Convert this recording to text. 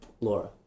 Laura